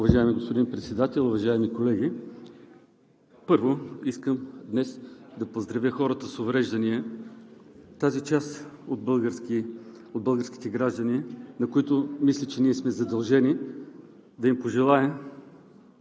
Уважаеми господин Председател, уважаеми колеги! Първо, искам днес да поздравя хората с увреждания – тази част от българските граждани, на които мисля, че сме задължени да им пожелаем